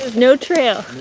no trail